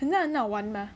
很像很好玩 ah